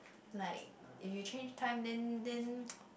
like if you change time then then